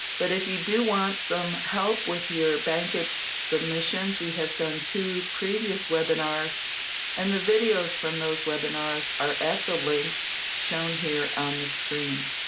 but if you do want some help with your bankit submissions, we have done two previous webinars and the videos from those webinars are at the links shown here on the screen.